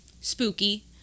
Spooky